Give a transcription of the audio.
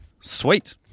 Sweet